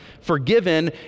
Forgiven